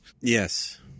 Yes